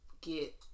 get